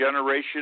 generation